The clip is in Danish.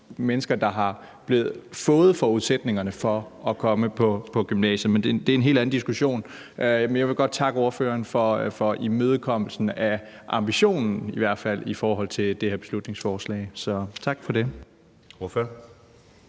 mennesker, der har fået forudsætningerne for at komme på gymnasiet. Men det er en helt anden diskussion. Jeg vil godt takke ordføreren for imødekommelsen af i hvert fald ambitionen i forhold til det her beslutningsforslag. Så tak for det.